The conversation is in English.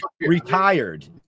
retired